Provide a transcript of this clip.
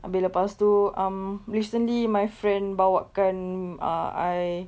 habis lepas itu um recently my friend bawa kan uh I